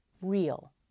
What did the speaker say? real